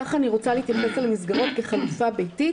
כך אני רוצה להתייחס אל המסגרות כחלופה ביתית